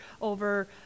over